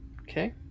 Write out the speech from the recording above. Okay